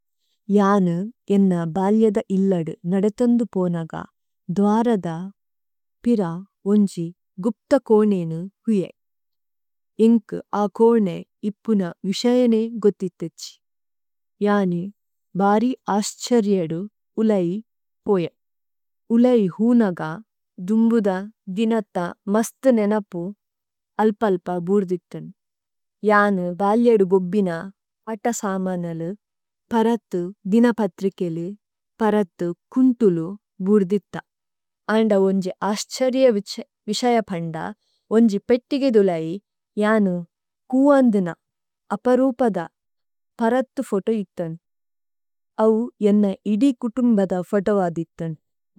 ജാനു ഏന്ന ബല്യദ ഇല്ലദു നദേഥന്ദു പോനഗ ദ്വരദ പിര ഉന്ജി ഗുപ്തകോനേ ഏനു ഹുയേ। ഏന്കു അകോനേ ഇപ്പുന വിസയ നേ ഗുദ്ഥി'തേഛി। ജാനു ബരി അസ്ഛര് യദു ഉലയി പോയേ। ഉലയി ഹുനഗ ദുമ്ബുധ ദിനഥ മസ്തു നേനപു അല്പ അല്പ ബുര്ദിതന്। ജാനു ബല്യദു ബോബ്ബിന പത്തസമ നലു പരഥു ദിനപഥ്രി കേലി പരഥു കുന്തുലു ബുര്ദിഥ। ഏന്ന ഉന്ജി അസ്ഛര് യദു വിസയ പന്ദ ഉന്ജി പേത്തികിദു ലയി ജാനു കുഅന്ധുന അപരുപദ പരഥു ഫോതു ഇത്തന്। ഔ ഏന്ന ഇദി കുതുമ്ബദ ഫോതു അദിഥന്।